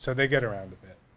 so they get around a bit.